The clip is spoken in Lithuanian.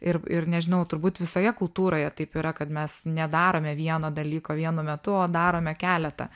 ir ir nežinau turbūt visoje kultūroje taip yra kad mes nedarome vieno dalyko vienu metu o darome keletą